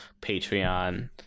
Patreon